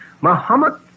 Muhammad